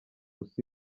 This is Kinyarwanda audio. isi